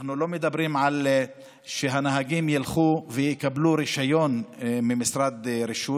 אנחנו לא מדברים על כך שהנהגים ילכו ויקבלו רישיון ממשרד הרישוי.